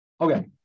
Okay